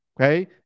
okay